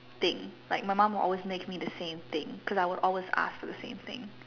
thing like my mum would always make me the same thing cause I would always ask for the same thing